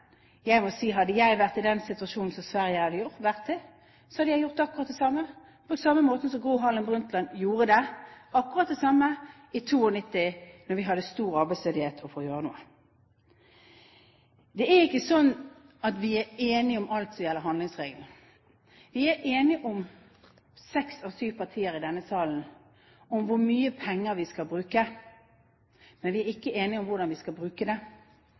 jeg må si at hadde jeg vært i den situasjonen som Sverige er i, hadde jeg gjort akkurat det samme, på samme måte som Gro Harlem Brundtland gjorde det i 1992, for å gjøre noe da vi hadde stor arbeidsledighet. Det er ikke sånn at vi er enige om alt som gjelder handlingsregelen. Vi er enige, seks av syv partier i denne salen, om hvor mye penger vi skal bruke, men vi er ikke enige om hvordan vi skal bruke dem. Jeg mener at det